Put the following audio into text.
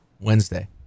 Wednesday